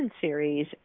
series